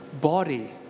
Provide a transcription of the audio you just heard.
body